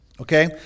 Okay